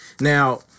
Now